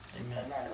Amen